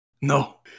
No